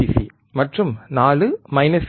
C Vcc மற்றும் 4 we